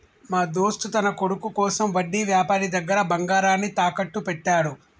మా దోస్త్ తన కొడుకు కోసం వడ్డీ వ్యాపారి దగ్గర బంగారాన్ని తాకట్టు పెట్టాడు